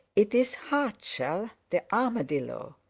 it is hardshell the armadillo,